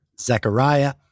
Zechariah